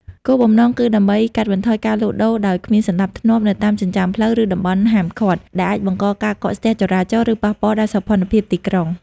គោលបំណងគឺដើម្បីកាត់បន្ថយការលក់ដូរដោយគ្មានសណ្តាប់ធ្នាប់នៅតាមចិញ្ចើមផ្លូវ ឬតំបន់ហាមឃាត់ ដែលអាចបង្កការកកស្ទះចរាចរណ៍ ឬប៉ះពាល់ដល់សោភ័ណភាពទីក្រុង ។